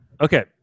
okay